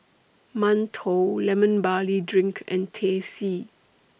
mantou Lemon Barley Drink and Teh C